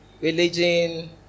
religion